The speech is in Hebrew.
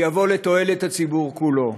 שיבוא לתועלת הציבור כולו?